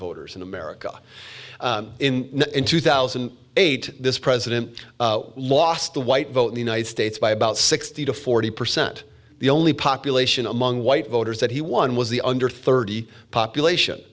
voters in america in two thousand and eight this president lost the white vote in the united states by about sixty to forty percent the only population among white voters that he won was the under thirty population